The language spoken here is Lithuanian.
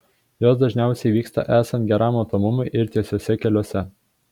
jos dažniausiai įvyksta esant geram matomumui ir tiesiuose keliuose